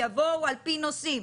יבואו על פי הנושאים,